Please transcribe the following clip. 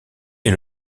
est